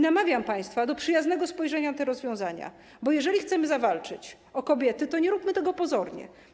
Namawiam państwa do przyjaznego spojrzenia na te rozwiązania, bo jeżeli chcemy zawalczyć o kobiety, to nie róbmy tego pozornie.